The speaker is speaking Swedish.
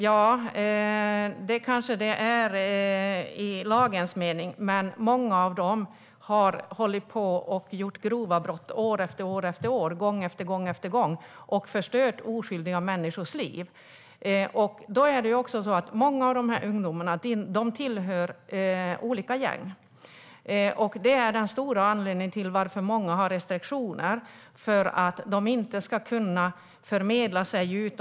Ja, det kanske de är i lagens mening, men många av dem har begått grova brott gång på gång i flera år och förstört oskyldiga människors liv. Många av dessa ungdomar tillhör olika gäng. Det är den stora anledningen till att många av dem har restriktioner. De ska inte kunna förmedla sig med omvärlden.